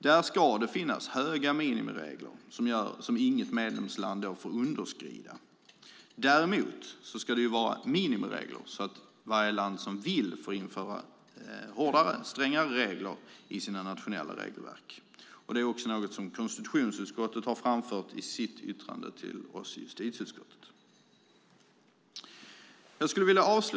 Här ska det finnas höga minimiregler som inget medlemsland får underskrida. Det ska vara minimiregler så att varje land som vill kan införa hårdare och strängare regler i sina nationella regelverk. Detta är något som konstitutionsutskottet har framfört till oss i justitieutskottet.